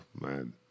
Man